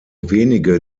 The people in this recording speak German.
wenige